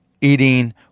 eating